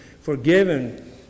forgiven